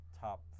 top